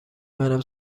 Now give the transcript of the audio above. منم